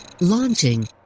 Launching